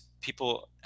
people